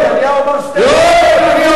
נתניהו אמר, בין-לאומי.